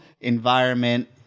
environment